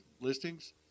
listings